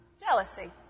Jealousy